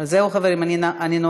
אז זהו, חברים, אני נועלת.